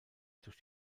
durch